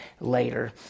later